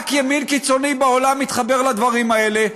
רק ימין קיצוני בעולם מתחבר לדברים האלה.